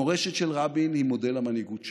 המורשת של רבין היא מודל המנהיגות שלו.